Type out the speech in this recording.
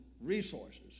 resources